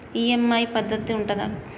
EMI పద్ధతి ఉంటదా?